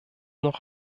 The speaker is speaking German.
noch